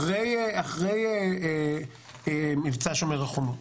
אחרי מבצע "שומר החומות".